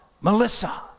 Melissa